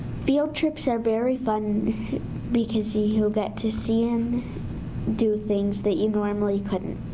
field trips are very fun because you get to see and do things that you normally couldn't.